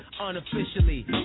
unofficially